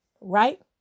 Right